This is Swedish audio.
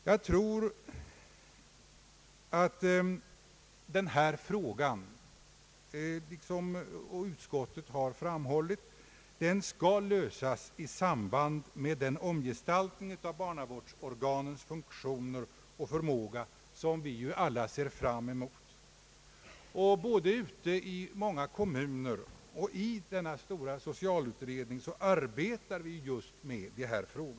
Jag tror att denna fråga, såsom utskottet har framhållit, skall lösas i samband med den omgestaltning av barnavårdsorganens funktioner och uppgifter, som vi alla ser fram emot. Både i en del kommuner och i den stora socialutredningen arbetar vi just med dessa spörsmål.